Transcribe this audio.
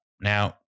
now